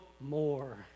more